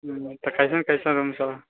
तऽ कैसन कैसन रूम सब